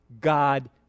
God